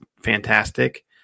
fantastic